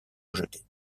rejetées